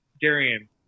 Darian